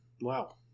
Wow